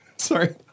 Sorry